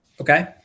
Okay